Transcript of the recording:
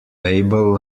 label